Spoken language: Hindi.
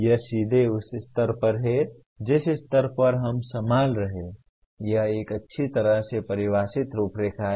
यह सीधे उस स्तर पर है जिस स्तर पर हम संभाल रहे हैं यह एक अच्छी तरह से परिभाषित रूपरेखा है